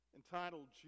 entitled